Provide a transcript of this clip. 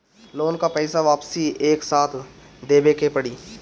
Loan का पईसा वापिस एक साथ देबेके पड़ी?